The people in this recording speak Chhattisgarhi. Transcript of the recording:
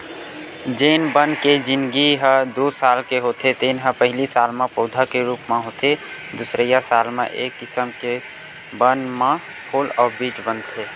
जेन बन के जिनगी ह दू साल के होथे तेन ह पहिली साल म पउधा के रूप म होथे दुसरइया साल म ए किसम के बन म फूल अउ बीज बनथे